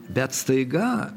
bet staiga